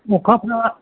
न'खरफ्रा